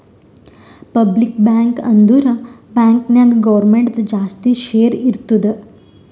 public bank ಅಂದುರ್ bank ನಾಗ್ ಗೌರ್ಮೆಂಟ್ದು ಜಾಸ್ತಿ ಶೇರ್ ಇರ್ತುದ್